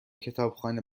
کتابخانه